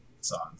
songs